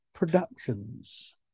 productions